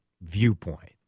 viewpoint